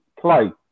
play